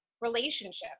relationships